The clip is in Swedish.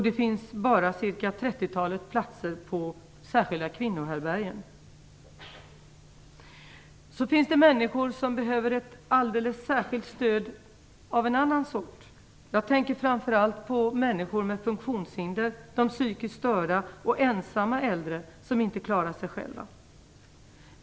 Det finns bara cirka trettiotalet platser på särskilda kvinnohärbärgen. Så finns det människor som behöver ett alldeles särskilt stöd av en annan sort. Jag tänker framför allt på människor med funktionshinder, de psykiskt störda och ensamma äldre som inte klarar sig själva.